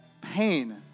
pain